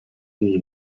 nie